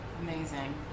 Amazing